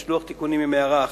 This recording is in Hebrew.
יש לוח תיקונים עם הערה אחת,